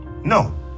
No